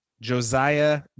Josiah